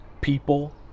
people